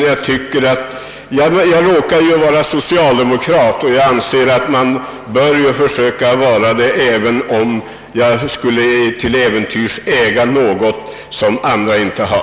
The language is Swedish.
Jag är socialdemokrat, och jag anser att jag borde vara det även om jag till äventyrs skulle äga något som andra inte har.